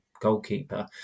goalkeeper